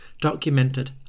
documented